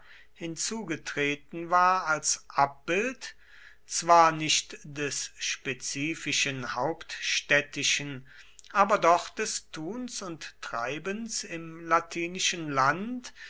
hinzugetreten war als abbild zwar nicht des spezifischen hauptstädtischen aber doch des tuns und treibens im latinischen land